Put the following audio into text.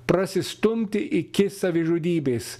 prasistumti iki savižudybės